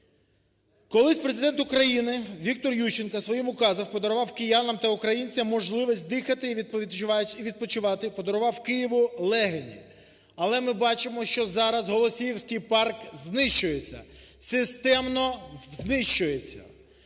Колись Президент України Віктор Ющенко своїм указом подарував киянам та українцям можливість дихати і відпочивати, подарував Києву легені. Але ми бачимо, що зараз Голосіївський парк знищується, системно знищується.